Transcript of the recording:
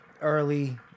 early